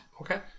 Okay